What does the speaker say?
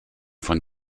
von